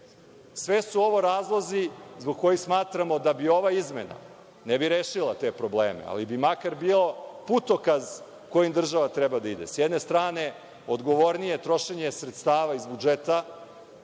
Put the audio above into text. su ovo razlozi zbog kojih smatramo da ova izmena ne bi rešila te probleme, ali bi makar bio putokaz kojim država treba da ide, s jedne strane, odgovornije trošenje sredstava iz budžeta